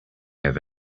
have